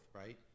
right